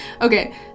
Okay